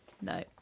No